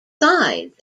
sides